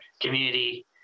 community